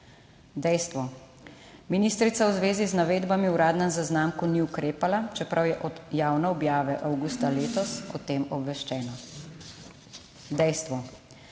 Dejstvo, ministrica v zvezi z navedbami v uradnem zaznamku ni ukrepala, čeprav je od javne objave avgusta letos o tem obveščena. Dejstvo,